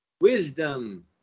Wisdom